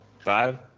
Five